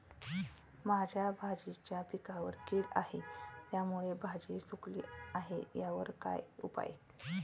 माझ्या भाजीच्या पिकावर कीड आहे त्यामुळे भाजी सुकली आहे यावर काय उपाय?